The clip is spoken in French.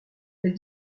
elle